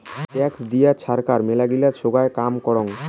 tax দিয়ে ছরকার মেলাগিলা সোগায় কাম করাং